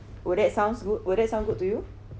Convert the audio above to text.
would that sounds good will that sounds good to you